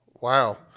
Wow